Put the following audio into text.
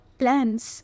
plans